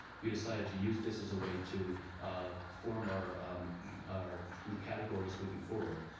we decided to use this as a way to ah form our um our categories moving forward.